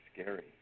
scary